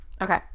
Okay